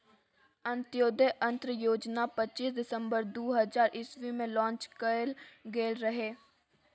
अंत्योदय अन्न योजना पच्चीस दिसम्बर दु हजार इस्बी मे लांच कएल गेल रहय